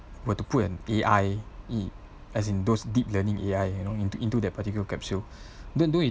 got to put an A_I he as in those deep learning A_I you know into into that particular capsule then don't you